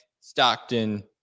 Stockton